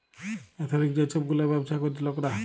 এথলিক যে ছব গুলা ব্যাবছা ক্যরে লকরা